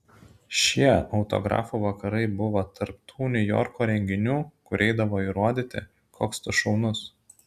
šie autografų vakarai buvo tarp tų niujorko renginių kur eidavai įrodyti koks tu šaunus